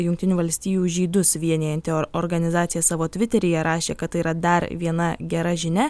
jungtinių valstijų žydus vienijanti or organizacija savo tviteryje rašė kad yra dar viena gera žinia